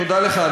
תודה לך,